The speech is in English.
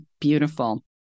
Beautiful